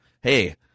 hey